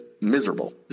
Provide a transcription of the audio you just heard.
Miserable